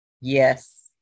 yes